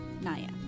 Naya